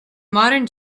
modern